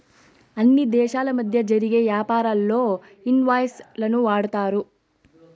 అన్ని దేశాల మధ్య జరిగే యాపారాల్లో ఇన్ వాయిస్ లను వాడతారు